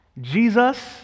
Jesus